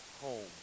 home